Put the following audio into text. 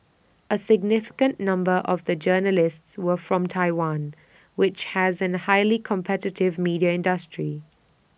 A significant number of the journalists were from Taiwan which has A highly competitive media industry